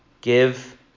give